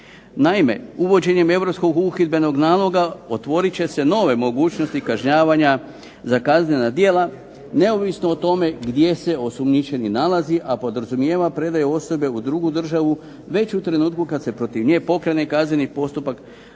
Naime, uvođenjem Europskog uhidbenog naloga otvorit će se nove mogućnosti kažnjavanja za kaznena djela neovisno o tome gdje se osumnjičeni nalazi, a podrazumijeva predaju osobe u drugu državu već u trenutku kad se protiv nje pokrene kazneni postupak za neka